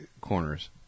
corners